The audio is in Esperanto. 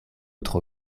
tro